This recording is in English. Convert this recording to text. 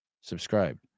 Subscribe